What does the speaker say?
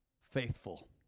faithful